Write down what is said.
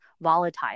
volatile